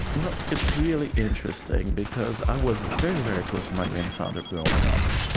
well, it's really interesting because i was very, very close to my grandfather growing up.